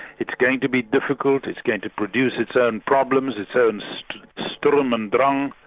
it's going to be difficult, it's going to produce its own problems, its own sturm sturm und drang,